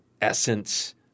essence